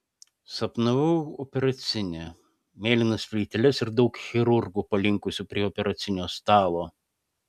sapnavau operacinę mėlynas plyteles ir daug chirurgų palinkusių prie operacinio stalo